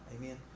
Amen